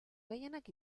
gehienak